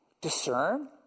discern